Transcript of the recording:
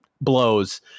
blows